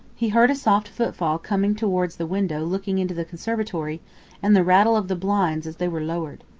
he heard a soft footfall coming towards the window looking into the conservatory and the rattle of the blinds as they were lowered.